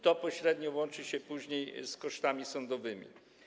To pośrednio łączy się później z kosztami sądowymi.